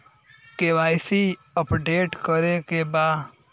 KYC update करे के बा?